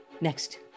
next